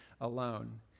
alone